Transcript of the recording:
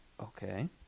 Okay